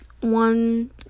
one